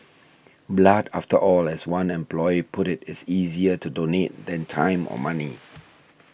blood after all as one employee put it is easier to donate than time or money